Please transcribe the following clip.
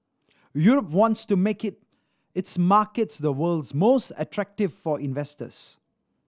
Europe wants to make it its markets the world's most attractive for investors